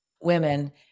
women